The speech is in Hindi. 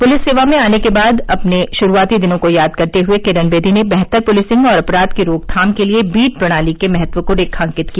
पुलिस सेवा में आने के बाद अपने शुरूआती दिनों को याद करते हुए किरन बेदी ने बेहतर पुलिसिंग और अपराध की रोकथाम के लिये बीट प्रणाली के महत्व को रेखांकित किया